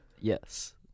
Yes